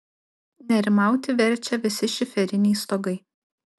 nerimauti verčia visi šiferiniai stogai